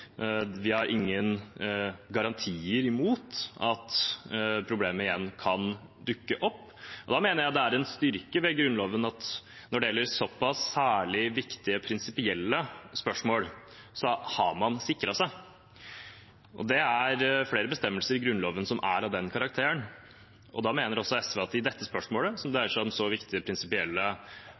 Vi har ingen garantier mot at problemet igjen kan dukke opp, og da mener jeg det er en styrke ved Grunnloven at når det gjelder såpass særlig viktige prinsipielle spørsmål, har man sikret seg. Det er flere bestemmelser i Grunnloven som er av den karakteren, og da mener også SV at dette spørsmålet dreier seg om så viktige prinsipielle